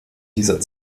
dieser